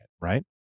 right